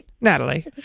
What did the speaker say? Natalie